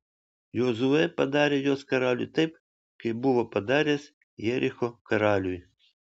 jozuė padarė jos karaliui taip kaip buvo padaręs jericho karaliui